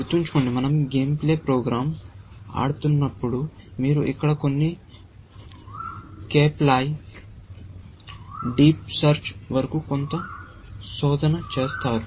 గుర్తుంచుకోండి మన০ game play program ఆడుతున్నప్పుడు మీరు ఇక్కడ కొన్ని కేప్ లై డీప్ సెర్చ్ వరకు కొంత శోధన చేస్తున్నారు